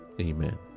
Amen